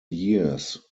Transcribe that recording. years